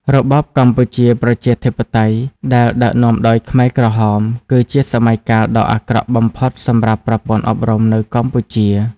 របបកម្ពុជាប្រជាធិបតេយ្យ ដែលដឹកនាំដោយខ្មែរក្រហម គឺជាសម័យកាលដ៏អាក្រក់បំផុតសម្រាប់ប្រព័ន្ធអប់រំនៅកម្ពុជា។